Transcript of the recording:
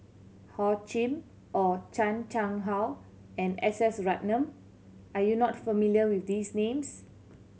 Hor Chim Or Chan Chang How and S S Ratnam are you not familiar with these names